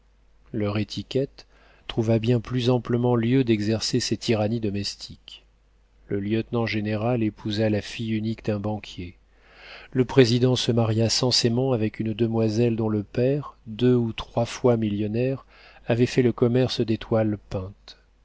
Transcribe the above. leur étiquette trouva bien plus amplement lieu d'exercer ses tyrannies domestiques le lieutenant-général épousa la fille unique d'un banquier le président se maria sensément avec une demoiselle dont le père deux ou trois fois millionnaire avait fait le commerce des toiles peintes